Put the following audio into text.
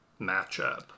matchup